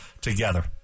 together